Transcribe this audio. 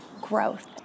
growth